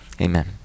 amen